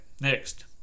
Next